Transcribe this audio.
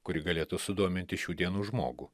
kuri galėtų sudominti šių dienų žmogų